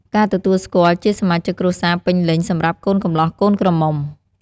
ការទទួលស្គាល់ជាសមាជិកគ្រួសារពេញលេញសម្រាប់កូនកំលោះកូនក្រមុំ។